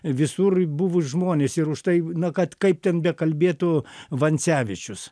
visur buvo žmonės ir už tai kad kaip ten bekalbėtų vancevičius